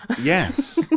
Yes